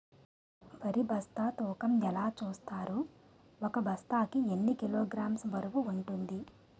వరి బస్తా తూకం ఎలా చూస్తారు? ఒక బస్తా కి ఎన్ని కిలోగ్రామ్స్ బరువు వుంటుంది?